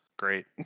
great